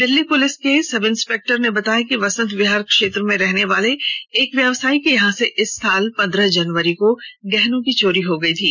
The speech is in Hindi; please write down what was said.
दिल्ली पुलिस के सब इंस्पेक्टर ने बताया कि बसन्त विहार क्षेत्र में रहने वाले एक व्यवसायी के यहां से इस साल पन्द्रह जनवरी को गहने की चोरी हो गई थी